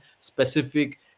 specific